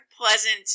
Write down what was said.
Pleasant